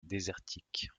désertique